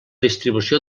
distribució